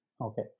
Okay